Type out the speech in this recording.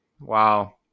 Wow